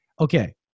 Okay